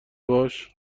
باش